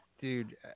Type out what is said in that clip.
dude